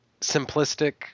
simplistic